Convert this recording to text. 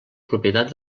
propietat